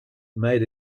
made